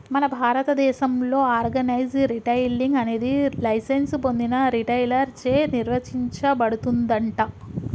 మన భారతదేసంలో organise retailing అనేది లైసెన్స్ పొందిన రిటైలర్ చే నిర్వచించబడుతుందంట